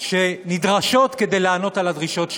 שנדרשות כדי לענות על הדרישות שלהם.